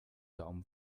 daumen